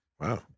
wow